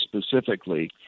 specifically